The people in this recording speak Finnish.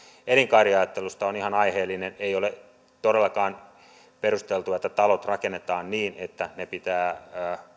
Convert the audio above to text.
elinkaariajattelusta on ihan aiheellinen ei ole todellakaan perusteltua että talot rakennetaan niin että ne pitää